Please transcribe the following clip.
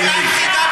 משהו כזה?